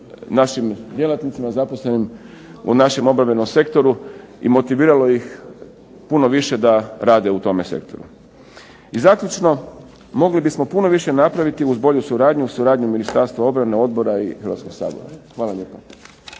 našim djelatnicima zaposlenim u našem obrambenom sektoru i motiviralo ih puno više da rade u tome sektoru. I zaključno, mogli bismo puno više napraviti uz bolju suradnju, suradnju Ministarstva obrane, odbora i Hrvatskog sabora. Hvala lijepa.